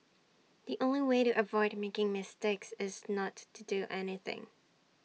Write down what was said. the only way to avoid making mistakes is not to do anything